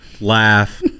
laugh